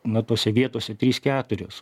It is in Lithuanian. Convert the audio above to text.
na tose vietose trys keturios